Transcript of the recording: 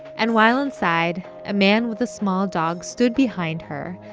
and while inside, a man with a small dog stood behind her.